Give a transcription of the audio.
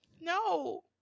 No